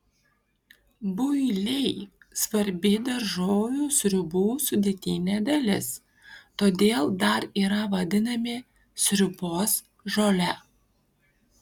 builiai svarbi daržovių sriubų sudėtinė dalis todėl dar yra vadinami sriubos žole